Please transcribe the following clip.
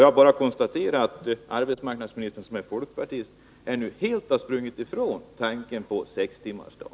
Jag bara konstaterar att arbetsmarknadsministern, som är folkpartist, nu helt har sprungit ifrån tanken på sextimmarsdag.